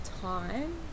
time